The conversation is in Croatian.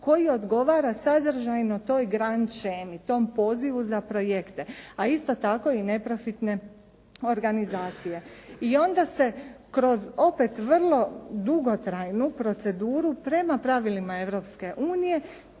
koji odgovara sadržajno toj Grand shemi, tom pozivu za projekte, a isto tako i neprofitne organizacije. I onda se kroz opet vrlo dugotrajnu proceduru prema pravilima